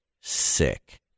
sick